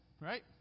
right